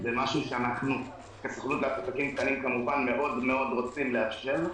זה משהו שאנחנו כסוכנות לעסקים קטנים מאוד רוצים לאפשר.